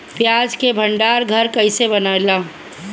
प्याज के भंडार घर कईसे बनेला?